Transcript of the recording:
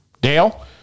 Dale